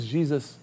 Jesus